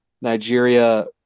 nigeria